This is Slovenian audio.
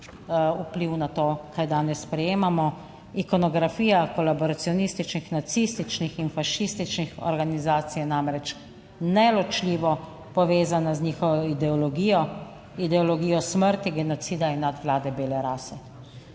vpliv na to, kaj danes sprejemamo. Ikonografija kolaboracionističnih nacističnih in fašističnih organizacij je namreč neločljivo povezana z njihovo ideologijo, ideologijo smrti, genocida in nadvlade bele rase.